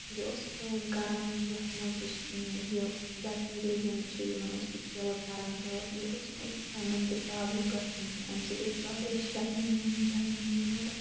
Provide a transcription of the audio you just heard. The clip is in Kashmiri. یہِ اوس کٲم کران یَتھ مَنٛز یہِ بیٚکٹیٖریا یِم چھِ یِمَن اوس یہِ کِل کَران تہٕ مےٚ اوس نہٕ دَنٛدَن تہٕ پرابلم گَژھان کینٛہہ امہِ سۭتۍ ٲسۍ واریاہ شاینِنٛگ میانٮ۪ن دَنٛدَن یِوان